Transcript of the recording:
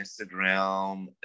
Instagram